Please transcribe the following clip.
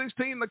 2016